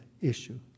issue